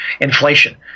inflation